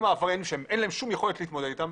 העבריינים וזאת כאשר אין למפעל כל יכולת להתמודד אתם,